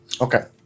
Okay